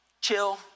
chill